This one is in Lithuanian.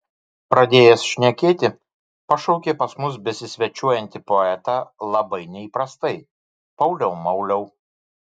pradėjęs šnekėti pašaukė pas mus besisvečiuojantį poetą labai neįprastai pauliau mauliau